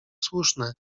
słuszne